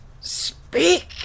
Speak